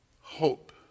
hope